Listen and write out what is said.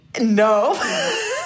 no